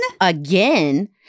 Again